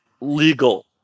legal